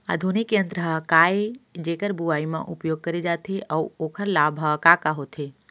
आधुनिक यंत्र का ए जेकर बुवाई म उपयोग करे जाथे अऊ ओखर लाभ ह का का होथे?